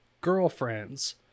girlfriends